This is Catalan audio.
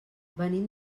venim